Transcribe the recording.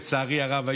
לצערי הרב,